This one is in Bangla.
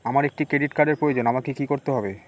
আমার একটি ক্রেডিট কার্ডের প্রয়োজন আমাকে কি করতে হবে?